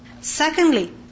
Secondly